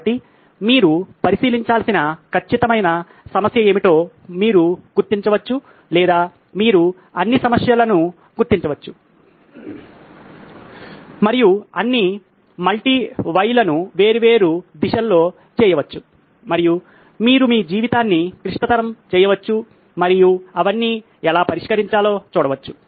కాబట్టి మీరు పరిష్కరించాల్సిన ఖచ్చితమైన సమస్య ఏమిటో మీరు గుర్తించవచ్చు లేదా మీరు అన్ని సమస్యలను గుర్తించవచ్చు మరియు అన్ని మల్టీ వైలను వేర్వేరు దిశల్లో చేయవచ్చు మరియు మీరు మీ జీవితాన్ని క్లిష్టతరం చేయవచ్చు మరియు అవన్నీ ఎలా పరిష్కరించాలో చూడవచ్చు